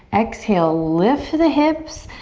exhale, lift the hips,